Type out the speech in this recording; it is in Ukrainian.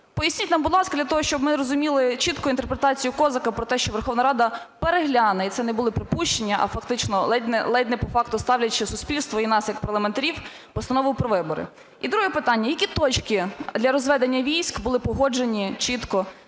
Поясніть нам, будь ласка, для того, щоб ми розуміли чітко інтерпретацію Козака про те, що Верховна Рада перегляне, і це не були припущення, а фактично ледь по факту ставлячи суспільство і нас як парламентарів, постанову про вибори? І друге питання. Які точки для розведення військ були погоджені чітко